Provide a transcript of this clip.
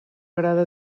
agrada